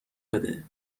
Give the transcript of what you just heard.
بده